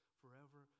forever